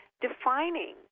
defining